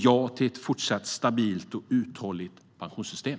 Ja till ett fortsatt stabilt och uthålligt pensionssystem.